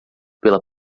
pela